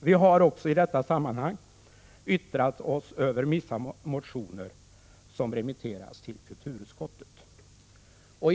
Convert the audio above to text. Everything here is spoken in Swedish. Vi har i detta sammanhang även yttrat oss över vissa motioner som remitterats till kulturutskottet.